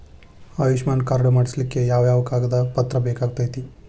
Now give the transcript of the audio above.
Ayushman card ಮಾಡ್ಸ್ಲಿಕ್ಕೆ ಯಾವ ಯಾವ ಕಾಗದ ಪತ್ರ ಬೇಕಾಗತೈತ್ರಿ?